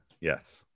Yes